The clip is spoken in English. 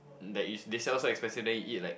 like they sell so expensive then you eat like